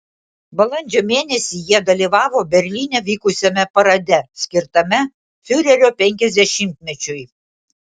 balandžio mėnesį jie dalyvavo berlyne vykusiame parade skirtame fiurerio penkiasdešimtmečiui